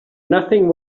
nothing